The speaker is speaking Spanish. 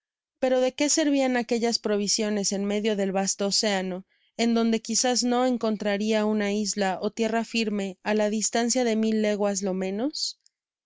pero de qué servían aquellas provisiones en medio del vasto océano en donde quizás no encontraria una isla ó tierra firme á la distancia de mil leguas lo menos